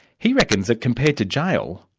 he reckons that compared to jail,